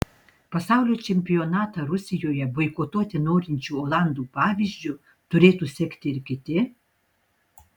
pasaulio čempionatą rusijoje boikotuoti norinčių olandų pavyzdžiu turėtų sekti ir kiti